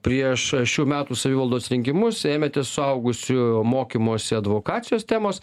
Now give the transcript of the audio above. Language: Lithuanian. prieš šių metų savivaldos rinkimus ėmėtės suaugusiųjų mokymosi advokacijos temos